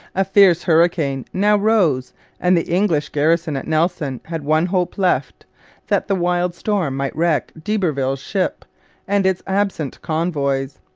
a fierce hurricane now rose and the english garrison at nelson had one hope left that the wild storm might wreck d'iberville's ship and its absent convoys.